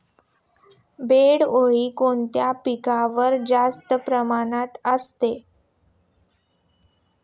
बोंडअळी कोणत्या पिकावर जास्त प्रमाणात असते?